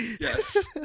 Yes